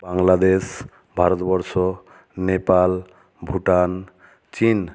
বাংলাদেশ ভারতবর্ষ নেপাল ভুটান চীন